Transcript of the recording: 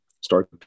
start